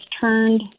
turned